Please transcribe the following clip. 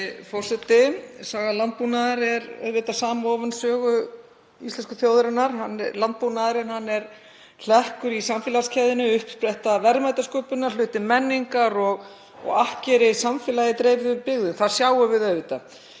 Virðulegi forseti. Saga landbúnaðar er auðvitað samofin sögu íslensku þjóðarinnar. Landbúnaðurinn er hlekkur í samfélagsgerðinni, uppspretta verðmætasköpunar, hluti menningar og akkeri samfélags í dreifðum byggðum. Það sjáum við auðvitað.